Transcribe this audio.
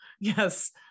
Yes